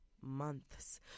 months